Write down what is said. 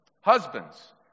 Husbands